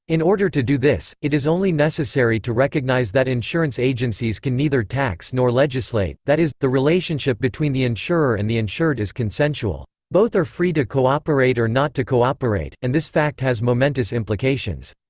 in order to do this, it is only necessary to recognize that insurance agencies can neither tax nor legislate that is, the relationship between the insurer and the insured is consensual. both are free to cooperate or not to cooperate, and this fact has momentous implications.